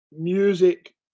music